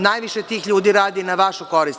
Najviše tih ljudi radi na vašu korist.